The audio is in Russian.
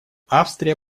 австрия